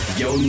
yo